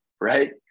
Right